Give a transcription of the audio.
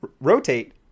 Rotate